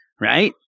right